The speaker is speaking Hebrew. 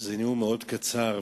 זה נאום מאוד קצר,